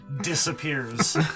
disappears